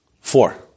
Four